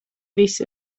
visi